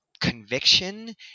conviction